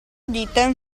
dite